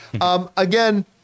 Again